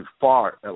far